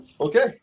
Okay